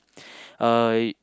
uh